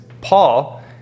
Paul